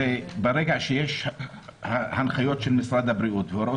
הרי ברגע שיש הנחיות של משרד הבריאות והוראות